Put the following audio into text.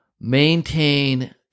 maintain